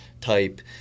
type